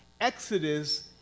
Exodus